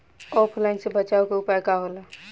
ऑफलाइनसे बचाव के उपाय का होला?